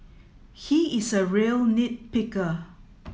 he is a real nit picker